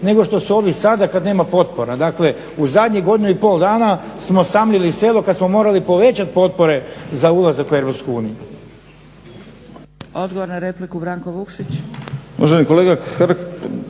nego što su ovi sada kad nema potpora. Dakle, u zadnjih godinu i pol dana smo samljeli selo kad smo morali povećati potpore za ulazak u EU.